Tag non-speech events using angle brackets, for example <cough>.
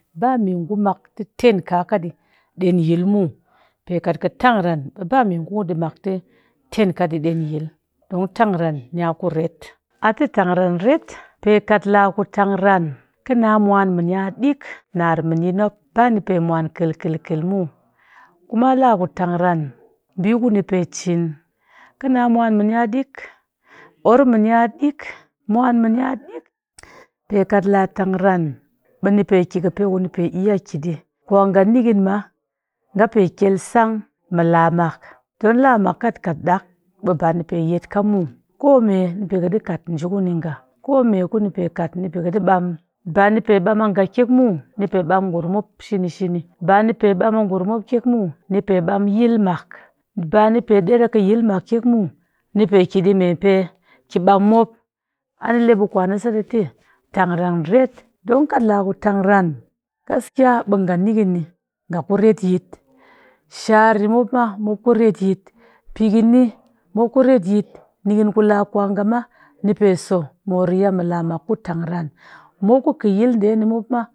Bame ngu mak tɨ ten kaaka ɗii ɗen yil muw pe kat kɨ tangran ɓe bame ngu tɨ ten ka ɗii ɗen yil don tangran nya ku ret. <hesitation> a tɨ tangran ret pe kat laa ku tangran kɨ na mwan mɨnya ɗik nar mɨnin mop bani pe mwan kɨel kɨel kɨel muw kuma laa ku tangran ɓii kuni pe cin kɨna mwan mɨni ɗik orr mɨni nya ɗik mwan mɨni nya ɗik. <noise> Pe kat laa tangran ɓeni pe ki kɨ pe kuni pe iya ki ɗii kwa'nga nikɨnma nga pe kyel sang mɨ laamak don laamak kat ɗaak ɓe bani pe yetka muw kome nipe kɨ ɗii kat ni pe njikuni nga kome kuni pe kat nipe kɨdii ɓaam bani pe ɓaam a nga kyek muw ni pe ɓaam ngurum mop shini shini bani pe ɓaam a ngurum mop kyek muw, nipe ɓaam yilmak bani pe ɗer kɨ yilmak kyek muw nipe kiɗii mebee ki ɓaam mop. Anile kwan a sat a tɨ tangran ret don kat laa ku tangran gaskiya ɓe nga nikɨn ni ku retyit shaarni mop ma ku retyit pikɨn mop ku retyit, nikɨn kula kwa nga ma nipe so moriya mɨ laamak ku tangran mop ku kɨyilɗe ma.